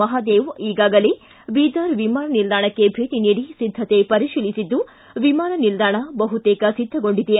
ಮಹಾದೇವ ಈಗಾಗಲೇ ಬೀದರ್ ವಿಮಾನ ನಿಲ್ದಾಣಕ್ಕೆ ಭೇಟಿ ನೀಡಿ ಸಿದ್ಧತೆ ಪರಿತೀಲಿಸಿದ್ದು ವಿಮಾನ ನಿಲ್ದಾಣ ಬಹುತೇಕ ಸಿದ್ದಗೊಂಡಿದೆ